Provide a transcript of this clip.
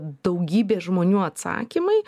daugybės žmonių atsakymai